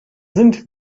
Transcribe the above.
sind